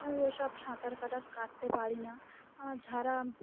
আর ও সব সাঁতার কাটার কাটতে পারি না যাারা